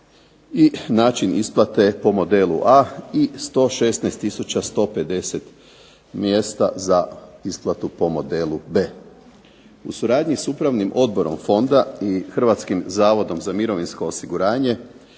i način isplate po "modelu A" i 116 tisuća 150 mjesta za isplatu po "modelu B". U suradnji s Upravnim odborom fonda i Hrvatskim zavodom za mirovinsko osiguranje